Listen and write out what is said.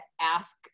ask